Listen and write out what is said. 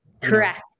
Correct